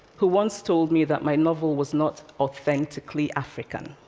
who once told me that my novel was not authentically african.